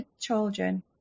children